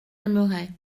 aimerait